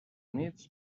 units